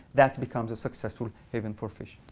that becomes a successful haven for fish.